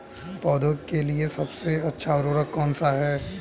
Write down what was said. पौधों के लिए सबसे अच्छा उर्वरक कौन सा है?